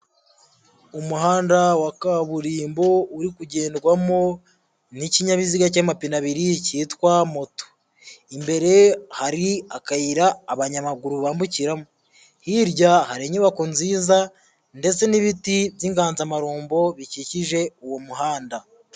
Umuhanda wa kaburimbo uri kugendwamo n'ikinyabiziga cy'amapinabiri cyitwa moto. Imbere hari akayira abanyamaguru bambukiramo, hirya hari inyubako nziza ndetse n'ibiti by'inganzamarumbo bikikije uwo muhanda.